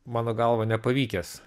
mano galva nepavykęs